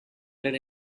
let